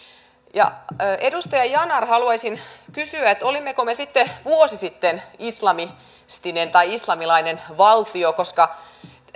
edustaja yanar haluaisin kysyä olimmeko me sitten vuosi sitten islamistinen tai islamilainen valtio koska